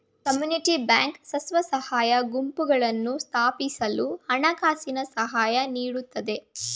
community bank ಸ್ವಸಹಾಯ ಗುಂಪುಗಳನ್ನು ಸ್ಥಾಪಿಸಲು ಹಣಕಾಸಿನ ಸಹಾಯ ನೀಡುತ್ತೆ